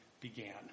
began